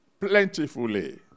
plentifully